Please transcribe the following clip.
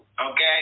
Okay